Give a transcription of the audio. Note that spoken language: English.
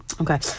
Okay